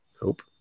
Hope